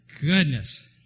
Goodness